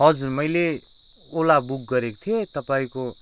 हजुर मैले ओला बुक गरेको थिएँ तपाईँको